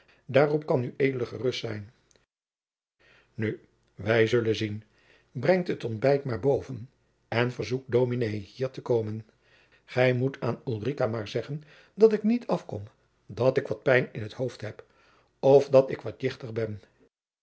daarop kan ued gerust zijn nu wij zullen zien breng het ontbijt maar boven en verzoek dominé hier te komen gij moet jacob van lennep de pleegzoon aan ulrica maar zeggen dat ik niet afkom dat ik wat pijn in t hoofd heb of dat ik wat jichtig ben